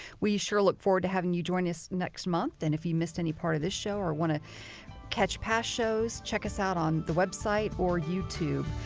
we sure look forward to having you join us next month. and if you missed any part of this show or want to catch past shows, check us out on the web site or youtube.